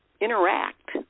interact